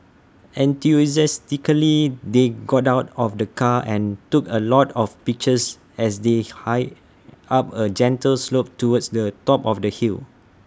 enthusiastically they got out of the car and took A lot of pictures as they hiked up A gentle slope towards the top of the hill